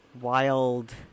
wild